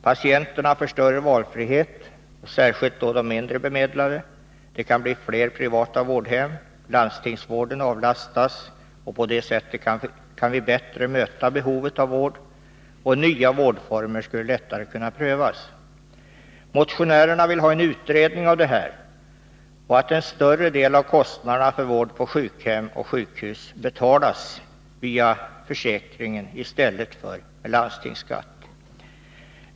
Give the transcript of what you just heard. Patienterna får större valfrihet och då särskilt de mindre bemedlade. Det kan bli fler privata vårdhem och landstingsvården avlastas. På det sättet kan vi bättre möta vårdbehovet, och nya vårdformer kan lättare prövas. Motionärerna vill få till stånd en utredning om detta, och de anser att en större del av kostnaderna för vård på sjukhem och sjukhus skall betalas via försäkringen och inte via landstingsskatten.